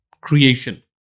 creation